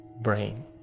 brain